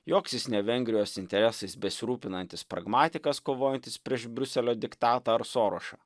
joks jis ne vengrijos interesais besirūpinantis pragmatikas kovojantis prieš briuselio diktatą ar sorošą